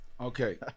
Okay